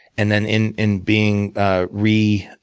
and then in in being ah re